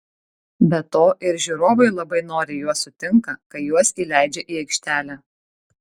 be to ir žiūrovai labai noriai juos sutinka kai juos įleidžia į aikštelę